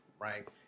right